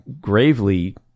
Gravely